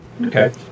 Okay